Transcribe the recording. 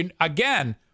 again